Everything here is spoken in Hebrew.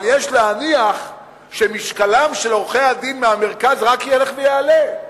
אבל יש להניח שמשקלם של עורכי-הדין מהמרכז רק ילך ויעלה.